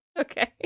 Okay